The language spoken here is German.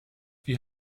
wie